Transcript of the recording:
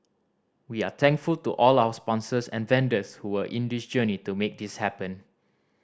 we are thankful to all our sponsors and vendors who were in this journey to make this happen